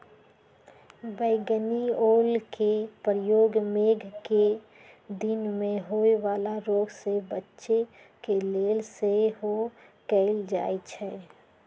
बइगनि ओलके प्रयोग मेघकें दिन में होय वला रोग से बच्चे के लेल सेहो कएल जाइ छइ